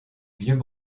vieux